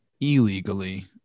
illegally